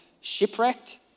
shipwrecked